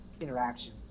interaction